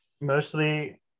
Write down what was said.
Mostly